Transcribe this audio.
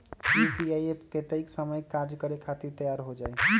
UPI app कतेइक समय मे कार्य करे खातीर तैयार हो जाई?